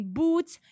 boots